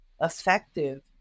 effective